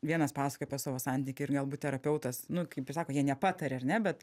vienas pasakoja apie savo santykį ir galbūt terapeutas nu kaip ir sako jie nepataria ar ne bet